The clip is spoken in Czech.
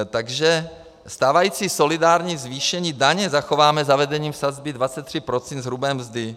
Takže stávající solidární zvýšení daně zachováme zavedením sazby 23 % z hrubé mzdy.